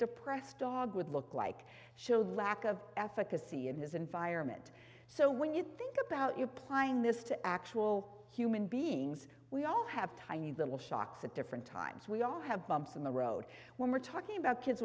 depressed dog would look like showed lack of efficacy in his environment so when you think about you playing this to actual human beings we all have tiny little shocks at different times we all have bumps in the road when we're talking about kids